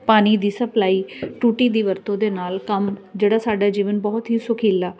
ਪਾਣੀ ਦੀ ਸਪਲਾਈ ਟੂਟੀ ਦੀ ਵਰਤੋ ਦੇ ਨਾਲ ਕੰਮ ਜਿਹੜਾ ਸਾਡਾ ਜੀਵਨ ਬਹੁਤ ਹੀ ਸੁਖਾਲਾ